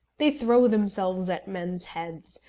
they throw themselves at men's heads,